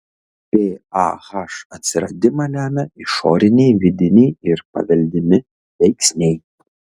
pah atsiradimą lemia išoriniai vidiniai ir paveldimi veiksniai